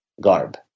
garb